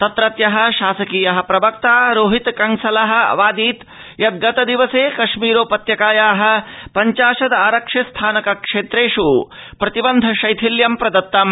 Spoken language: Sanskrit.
तत्रत्यः शासकीयः प्रवक्ता रोहित कंसलः अवादीत् यद् गतदिवसे कश्मीरोपत्यकायाः पञ्चाशद आरक्षि स्थानक क्षेत्रेष् प्रतिबन्ध शैथिल्यं प्रदत्तम्